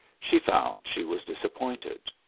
she found she was disappointed.